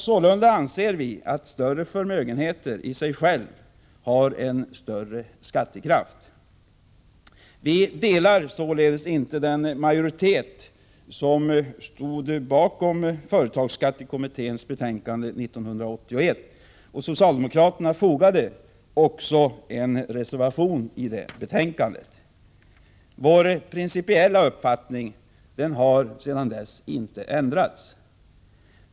Sålunda anser vi att större förmögenheter i sig själva har en större skattekraft. Vi ansluter oss således inte till den majoritet som stod bakom företagsskattekommitténs betänkande 1981, och socialdemokraterna fogade också en reservation till det betänkandet. Vår principiella uppfattning har sedan dess inte ändrats.